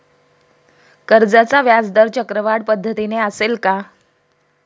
कर्जाचा व्याजदर चक्रवाढ पद्धतीने असेल का?